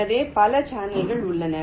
எனவே பல சேனல்கள் உள்ளன